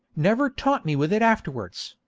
never taunt me with it afterwards,